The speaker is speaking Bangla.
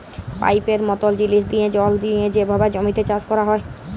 পাইপের মতল জিলিস দিঁয়ে জল দিঁয়ে যেভাবে জমিতে চাষ ক্যরা হ্যয়